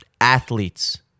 athletes